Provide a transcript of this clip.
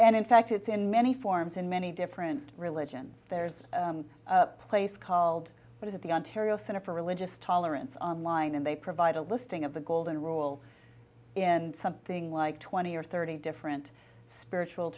and in fact it's in many forms in many different religions there's a place called it is at the ontario center for religious tolerance on line and they provide a listing of the golden rule and something like twenty or thirty different spiritual